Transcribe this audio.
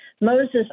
Moses